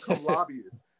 lobbyists